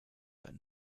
but